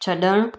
छड॒णु